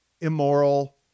immoral